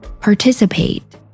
participate